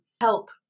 help